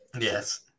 yes